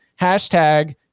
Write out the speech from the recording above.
Hashtag